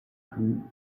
plus